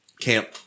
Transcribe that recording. camp